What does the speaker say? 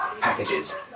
packages